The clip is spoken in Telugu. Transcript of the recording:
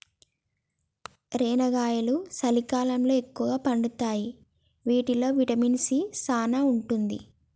రేనుగాయలు సలికాలంలో ఎక్కుగా పండుతాయి వీటిల్లో విటమిన్ సీ సానా ఉంటది